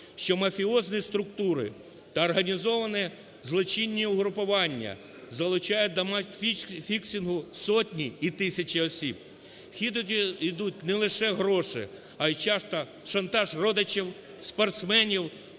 що мафіозні структури та організовані злочинні угрупування залучають до матч-фіксінгу сотні і тисячі осіб. В хід йдуть не лише гроші, а й часто шантаж родичів спортсменів,